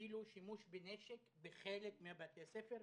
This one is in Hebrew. אפילו שימוש בנשק בחלק מבתי הספר,